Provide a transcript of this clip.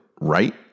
right